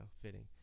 fitting